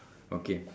okay